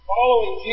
Following